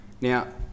Now